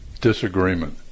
disagreement